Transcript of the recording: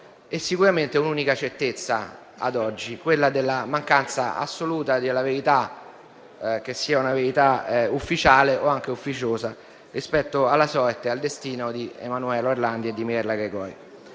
esplorate, ma un'unica certezza, ad oggi, quella della mancanza assoluta della verità, che sia ufficiale o anche ufficiosa, rispetto alla sorte di Emanuele Orlandi e Mirella Gregori.